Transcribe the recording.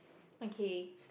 okay